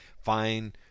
fine